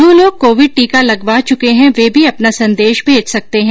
जो लोग कोविड टीका लगवा चके हैं वे भी अपना संदेश भेज सकते हैं